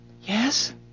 Yes